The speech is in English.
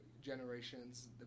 generations